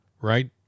right